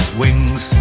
wings